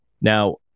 Now